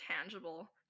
tangible